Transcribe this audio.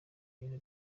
ibintu